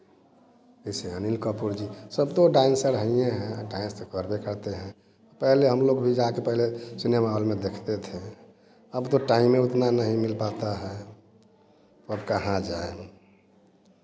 जैसे अनिल कपूर जी सब तो डायंनसर हैं ही हैं और डांस तो करते करते हैं पहले हम लोग भी जाकर पहले सिनेमा हॉल में देखते थे अब तो टाइम ही उतना नहीं मिल पाता है अब कहाँ जाएँ